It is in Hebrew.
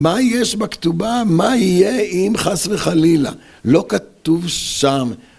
מה יש בכתובה? מה יהיה אם חס וחלילה? לא כתוב שם.